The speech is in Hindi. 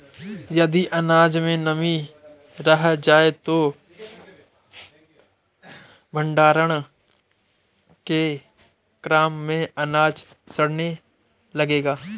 यदि अनाज में नमी रह जाए तो भण्डारण के क्रम में अनाज सड़ने लगेगा